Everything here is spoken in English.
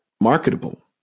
marketable